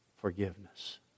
forgiveness